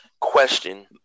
question